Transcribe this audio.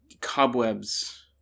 cobwebs